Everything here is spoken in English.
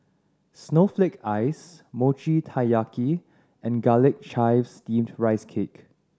snowflake ice Mochi Taiyaki and Garlic Chives Steamed Rice Cake